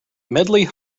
medley